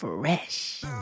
Fresh